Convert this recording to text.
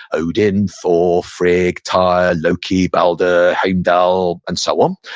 odin, thor, frigg, tyr, loki, balder, heimdall, and so um